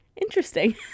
Interesting